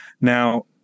Now